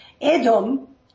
Edom